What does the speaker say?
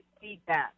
feedback